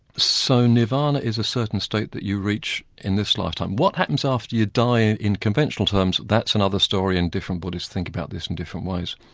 so nirvana is a certain state that you reach in this lifetime. what happens after you die in in conventional terms, that's another story and different buddhists think about this in different ways.